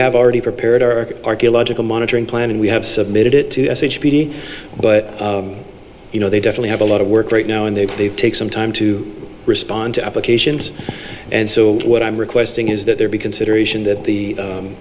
have already prepared our archaeological monitoring plan and we have submitted it to sh pretty but you know they definitely have a lot of work right now and they've they've take some time to respond to applications and so what i'm requesting is that there be consideration that the